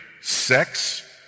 sex